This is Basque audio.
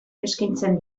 eskaintzen